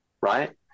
right